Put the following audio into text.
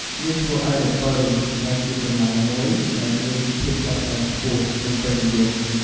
នេះធ្វើឲ្យល្ពៅក្លាយជាបន្លែមួយដែលមានភាពបត់បែនខ្ពស់ និងពេញនិយម។